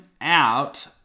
out